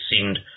seemed